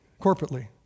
corporately